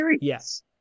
yes